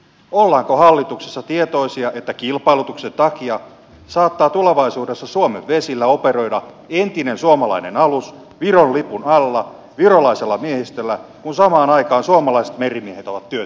ollaanko hallituksessa tietoisia siitä että kilpailutuksen takia saattaa tulevaisuudessa suomen vesillä operoida entinen suomalainen alus viron lipun alla virolaisella miehistöllä kun samaan aikaan suomalaiset merimiehet ovat työttöminä